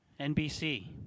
NBC